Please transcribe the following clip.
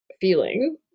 feeling